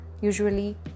usually